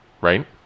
right